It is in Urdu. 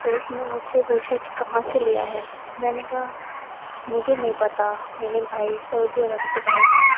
تو اس نے مجھے پوچھا کہ کہاں سے لیا ہے میں نے کہا مجھے نہیں پتا میرے بھائی سعودی عرب سے لائے ہیں